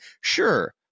Sure